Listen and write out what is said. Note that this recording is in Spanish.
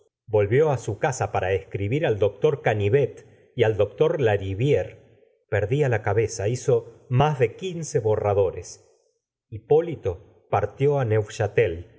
volvió a su casa para escribir al doctor canivet y al doctor lariviére perdía la cabeza hizo más de quince borradores hipólito partió á